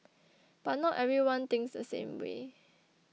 but not everyone thinks the same way